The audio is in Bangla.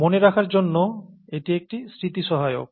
মনে রাখার জন্য এটি একটি স্মৃতিসহায়ক